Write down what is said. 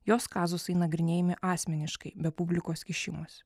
jos kazusai nagrinėjami asmeniškai be publikos kišimosi